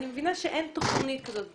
אני מבינה שאין תוכנית כזאת ברורה.